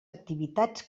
activitats